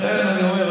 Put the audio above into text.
לכן אני אומר,